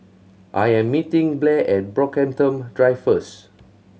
I am meeting Blair at Brockhampton Drive first